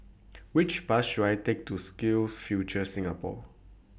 Which Bus should I Take to SkillsFuture Singapore